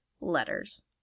letters